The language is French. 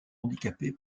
handicapé